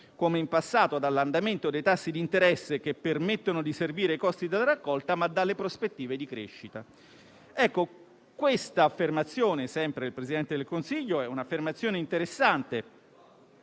come in passato, dall'andamento dei tassi di interesse che permettono di servire i costi della raccolta, ma dalle prospettive di crescita. Ecco, quest'affermazione, sempre del Presidente del Consiglio, è interessante,